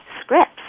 scripts